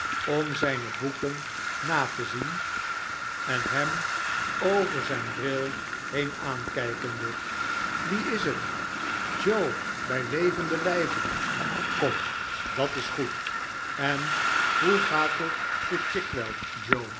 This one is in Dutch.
om zijne boeken na te zien ea a hem over zijn bril heen aankijkende wie is het joe bij levenlen lijve kom dat is goed en hoe gaat het te chigwell joe